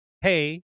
hey